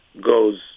goes –